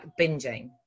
binging